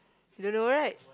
you don't know right